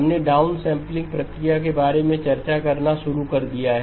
हमने डाउनसेंपलिंग प्रक्रिया के बारे में चर्चा करना शुरू कर दिया है